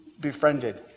befriended